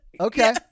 Okay